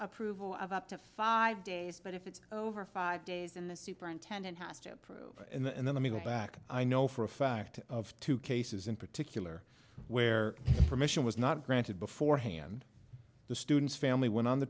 approval of up to five days but if it's over five days in the superintendent has to approve and then me go back i know for a fact of two cases in particular where permission was not granted beforehand the student's family went on the